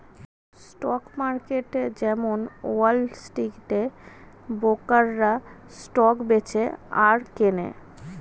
stock market যেমন Wall স্ট্রিটে ব্রোকাররা স্টক বেচে আর কেনে